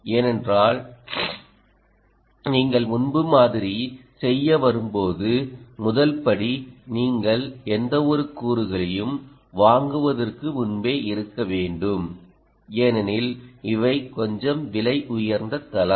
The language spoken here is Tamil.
ஏனென்றால் நீங்கள் முன்பு மாதிரி செய்ய விரும்பும் போது முதல் படி நீங்கள் எந்தவொரு கூறுகளையும் வாங்குவதற்கு முன்பே இருக்க வேண்டும் ஏனெனில் இவை கொஞ்சம் விலையுயர்ந்த தளம்